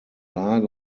lage